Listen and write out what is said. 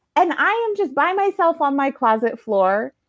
and i am just by myself on my closet floor,